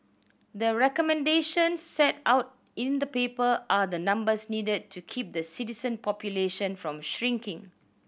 the recommendations set out in the paper are the numbers needed to keep the citizen population from shrinking